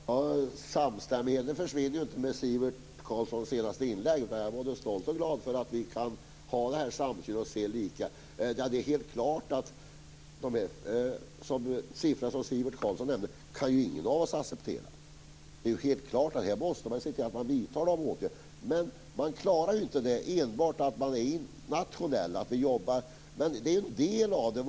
Herr talman! Samstämmigheten försvinner inte med Sivert Carlssons senaste inlägg, utan jag är både stolt och glad över att vi kan ha denna samsyn. Det är helt klart att ingen av oss kan acceptera de siffror som Sivert Carlsson nämnde, utan man måste självfallet se till att vidta åtgärder. Man klarar det inte enbart genom att jobba nationellt, men det är en del av det.